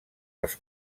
les